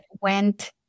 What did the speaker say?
went